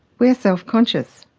we are self-conscious,